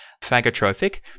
phagotrophic